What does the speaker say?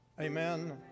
Amen